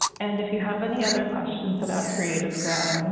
and if you have any other questions about creativeground,